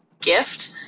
gift